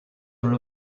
are